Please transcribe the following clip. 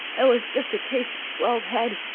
it was just a case of swelled head.